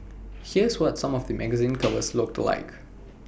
here's what some of the magazine covers looked like